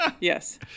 Yes